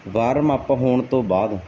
warm-up ਹੋਣ ਤੋਂ ਬਾਅਦ